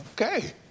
Okay